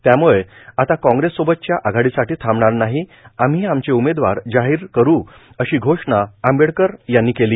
त्यामुळं आता काँग्रेससोबतच्या आघाडीसाठी थांबणार नाही आम्ही आमचे उमेदवार जाहिर करू अशी घोषणा आंबेडकर यांनी केली